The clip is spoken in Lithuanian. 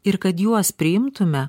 ir kad juos priimtume